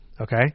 Okay